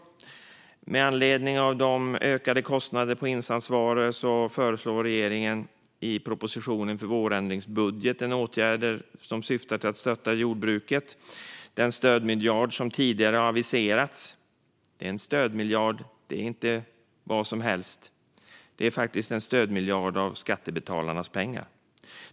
Med anledning av de ökade kostnaderna för insatsvaror föreslår regeringen i propositionen för vårändringsbudgeten åtgärder som syftar till att stötta jordbruket. Den stödmiljard som tidigare har aviserats - det är en stödmiljard, inte vad som helst - är faktiskt en stödmiljard av skattebetalarnas pengar.